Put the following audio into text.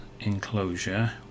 enclosure